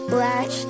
Black